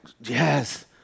yes